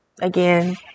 Again